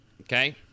okay